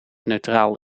neutraal